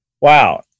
wow